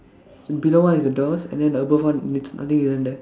below one is the doors and then the above one it's nothing written there